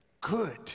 Good